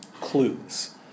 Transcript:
clues